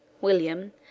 William